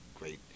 great